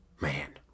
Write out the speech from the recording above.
Man